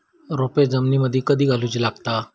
रोपे जमिनीमदि कधी लाऊची लागता?